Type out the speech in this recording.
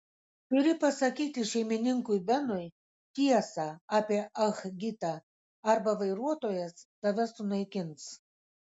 turi pasakyti šeimininkui benui tiesą apie ah gitą arba vairuotojas tave sunaikins